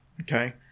okay